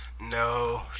no